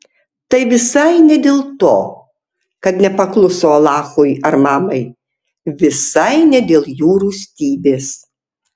tai visai ne dėl to kad nepakluso alachui ar mamai visai ne dėl jų rūstybės